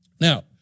Now